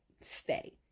stay